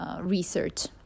research